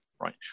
Right